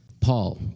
Paul